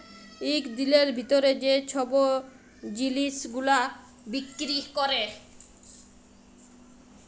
ইক দিলের ভিতরে যে ছব জিলিস গুলা বিক্কিরি ক্যরে